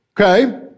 Okay